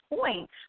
point